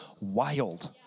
wild